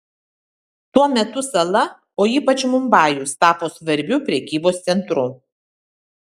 tuo metu sala o ypač mumbajus tapo svarbiu prekybos centru